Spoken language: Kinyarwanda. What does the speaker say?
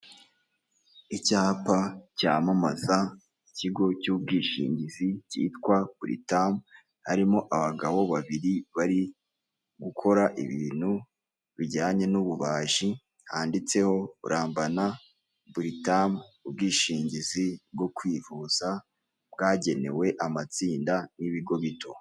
Icyapa cyamamaza ikigo cy'ubwishingizi cyitwa buritamu, harimo abagabo babiri bari gukora ibintu bijyanye n'ububaji handitseho ramba na buritamu ubwishingizi bwo kwivuza bwagenewe amatsinda n'ibigo bito.